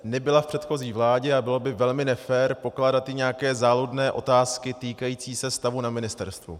Nebyla v předchozí vládě a bylo by velmi nefér pokládat jí nějaké záludné otázky týkající se stavu na ministerstvu.